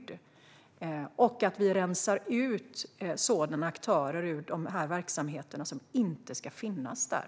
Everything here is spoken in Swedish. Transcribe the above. Det gäller att vi rensar ut sådana aktörer ur verksamheterna som inte ska finnas där.